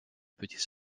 petits